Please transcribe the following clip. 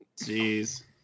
Jeez